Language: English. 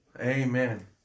Amen